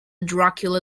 dracula